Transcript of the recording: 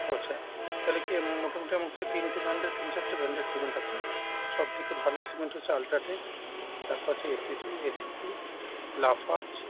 ও আচ্ছা তাহলে কী মোটামুটি আমাকে তিনটে ব্র্যান্ডের তিন চারটে ব্র্যান্ডের সিমেন্ট আছে সব থেকে ভালো সিমেন্ট হচ্ছে আলট্রাটেক তারপর আছে A C G A C C Lafarge